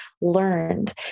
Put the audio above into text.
learned